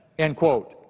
end quote.